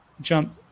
jump